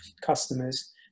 customers